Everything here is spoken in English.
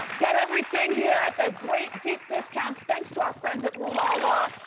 get everything here at a great deep discounts. thanks to our friends at rue la la.